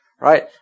right